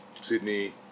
Sydney